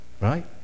right